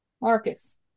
Marcus